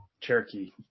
Cherokee